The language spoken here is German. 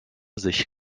sich